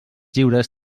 lliures